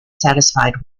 satisfied